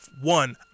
One